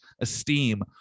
esteem